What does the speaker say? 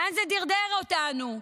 לאן זה דרדר אותנו?